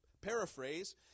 paraphrase